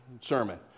sermon